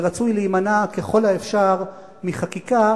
ורצוי להימנע ככל האפשר מחקיקה.